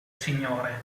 signore